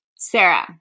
Sarah